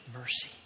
mercy